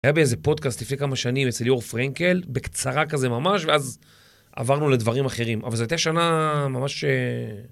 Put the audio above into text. היה באיזה פודקאסט לפני כמה שנים אצל ליאור פרנקל, בקצרה כזה ממש, ואז עברנו לדברים אחרים. אבל זו הייתה שנה ממש...